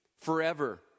forever